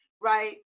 Right